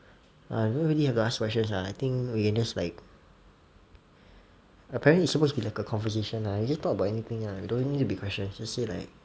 err you don't really have to ask questions lah I think we can just like apparently it's supposed to be like a conversation lah you just talk about anything lah don't need to be a question just say like